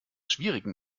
schwierigen